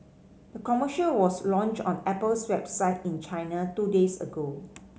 the commercial was launched on Apple's website in China two days ago